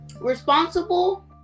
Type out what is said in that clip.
responsible